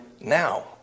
now